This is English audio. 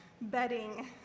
bedding